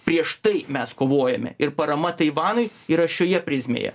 prieš tai mes kovojome ir parama taivanui yra šioje prizmėje